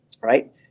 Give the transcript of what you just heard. right